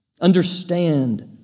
understand